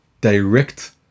direct